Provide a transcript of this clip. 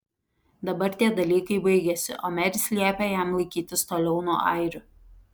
dabar tie dalykai baigėsi o meris liepė jam laikytis toliau nuo airių